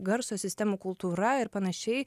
garso sistemų kultūra ir panašiai